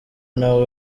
nawe